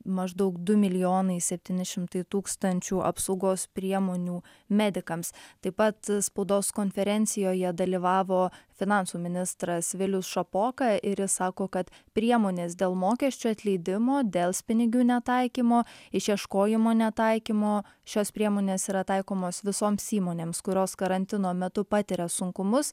maždaug du milijonai septyni šimtai tūkstančių apsaugos priemonių medikams taip pat spaudos konferencijoje dalyvavo finansų ministras vilius šapoka ir jis sako kad priemonės dėl mokesčių atleidimo delspinigių netaikymo išieškojimo netaikymo šios priemonės yra taikomos visoms įmonėms kurios karantino metu patiria sunkumus